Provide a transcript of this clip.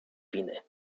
winy